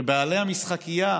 שבעל המשחקייה